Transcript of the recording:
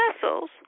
vessels